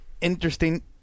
Interesting